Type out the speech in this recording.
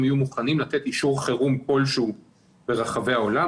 יהיו מוכנים לתת אישור חירום כלשהו ברחבי העולם.